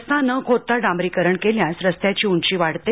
रस्ता न खोदता डांबरीकरण केल्यास रस्त्याची उंची वाढते